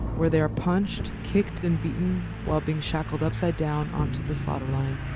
where they are punched, kicked and beaten while being shackled upside-down onto the slaughter line.